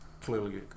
clearly